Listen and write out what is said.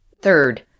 Third